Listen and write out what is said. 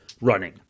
running